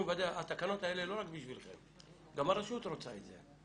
התקנות האלה לא רק עבורכם, גם הרשות רוצה את זה.